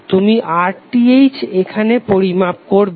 তুমি RTh এখানে পরিমাপ করবে